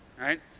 Right